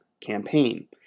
campaign